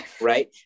right